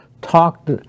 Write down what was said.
talked